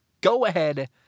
go-ahead